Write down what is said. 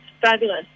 fabulous